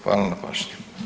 Hvala na pažnji.